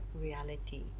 reality